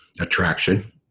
attraction